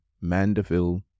Mandeville